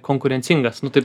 konkurencingas nu taip